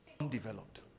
Undeveloped